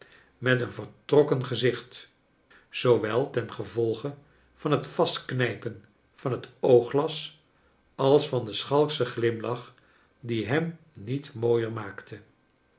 met een vertrokken gezicht zoowel ten gevolge van het vastknijpen van het oogglas als van den schalkschen glimlach die hem niet mooier maakte